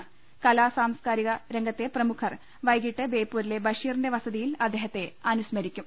കലാ സാഹിത്യ സാംസ്കാരിക രംഗത്തെ പ്രമുഖർ വൈകീട്ട് ബേപ്പൂരിലെ ബഷീറിന്റെ വസതിയിൽ അദ്ദേഹത്തെ അനുസ്മരിക്കും